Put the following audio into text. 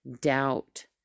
doubt